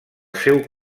seu